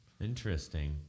Interesting